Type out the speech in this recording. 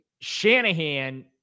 Shanahan